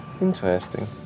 Interesting